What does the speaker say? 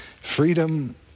Freedom